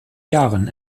jahren